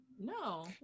No